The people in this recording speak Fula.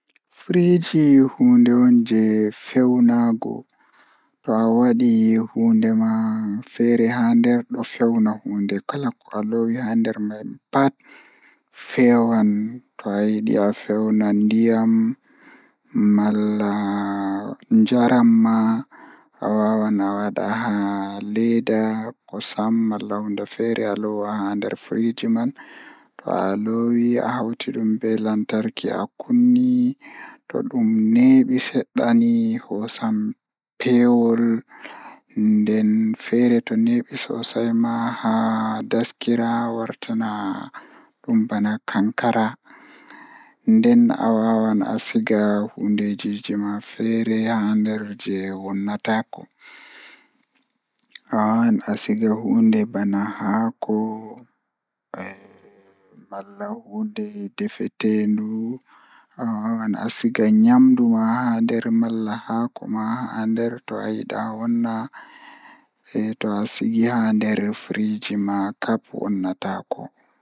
Kaameral digital o waɗa naŋŋude feewnde e hoore. Ko rewɓe sabu laawol ko rewɓe nder ɗum sabu waɗa fiyaangu. Ko kaameral ngal foti laawol fiyaangu. Ko laawol maɓɓe njiddaade maɓɓe fiyaangu. A taara fiyaangu ngal rewɓe laawol ngal fiyaangu, kaamera o njiddaade fayaangu njiddaade fiyaangu sabu ngal.